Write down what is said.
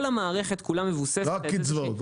כל המערכת כולה מבוססת על איזושהי --- רק קצבאות.